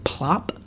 Plop